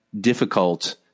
difficult